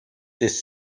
this